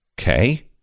Okay